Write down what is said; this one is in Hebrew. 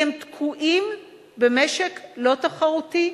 כי הם תקועים במשק תחרותי,